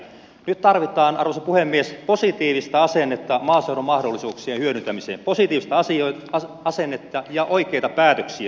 nyt tarvitaan arvoisa puhemies positiivista asennetta maaseudun mahdollisuuksien hyödyntämiseen positiivista asennetta ja oikeita päätöksiä